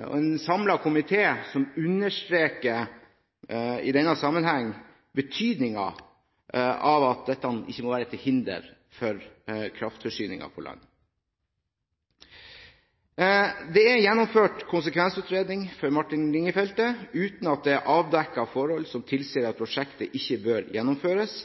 I denne sammenheng er det en samlet komité som understreker betydningen av at dette ikke må være til hinder for kraftforsyningen på land. Det er gjennomført en konsekvensutredning for Martin Linge-feltet uten at det er avdekket forhold som tilsier at prosjektet ikke bør gjennomføres,